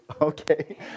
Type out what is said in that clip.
Okay